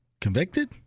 Convicted